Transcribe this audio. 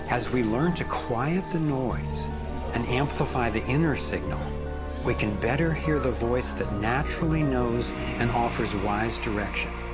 as we learn to quiet the noise and amplify the inner signal we can better hear the voice, that naturally knows and offers wise direction.